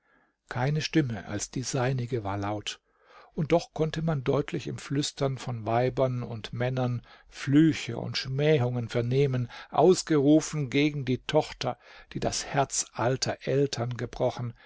keine stimme als die seinige war laut und doch konnte man deutlich im flüstern von weibern und männern flüche und schmähungen vernehmen ausgerufen gegen die tochter die das herz alter eltern gebrochen